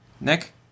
Nick